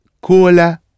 cola